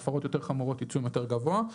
הפרות חמורות יותר עם עיצום גבוה יותר.